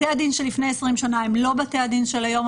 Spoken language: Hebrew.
בתי הדין שלפני 20 שנה הם לא בתי הדין של היום,